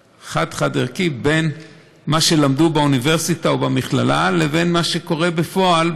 חד-חד-ערכי בין מה שהם למדו באוניברסיטה ובמכללה לבין מה שקורה בפועל,